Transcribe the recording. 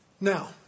Now